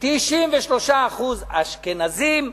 93% אשכנזים,